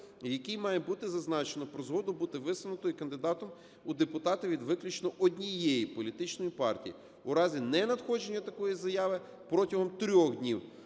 якій має бути зазначено про згоду бути висунутою кандидатом у депутати від виключно однієї політичної партії. У разі ненадходження такої заяви протягом трьох днів